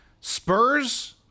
Spurs